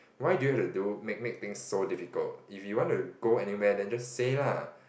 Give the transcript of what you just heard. why do you have to do make make things so difficult if you want to go anywhere then just say lah